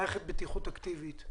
מערכת בטיחות אקטיבית.